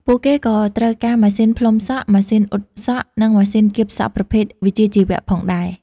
ពួកគេក៏ត្រូវការម៉ាស៊ីនផ្លុំសក់ ម៉ាស៊ីនអ៊ុតសក់ និងម៉ាស៊ីនគៀបសក់ប្រភេទវិជ្ជាជីវៈផងដែរ។